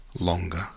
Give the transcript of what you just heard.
longer